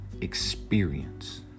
experience